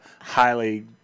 highly